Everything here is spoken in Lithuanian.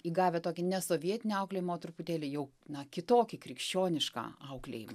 įgavę tokį ne sovietinio auklėjimo o truputėlį jau na kitokį krikščionišką auklėjimą